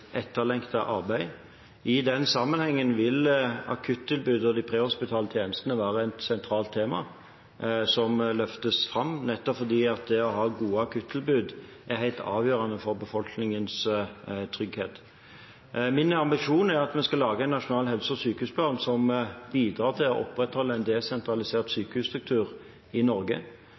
sentralt tema, som løftes fram nettopp fordi det å ha gode akuttilbud er helt avgjørende for befolkningens trygghet. Min ambisjon er at vi skal lage en nasjonal helse- og sykehusplan som bidrar til å opprettholde en desentralisert sykehusstruktur i Norge.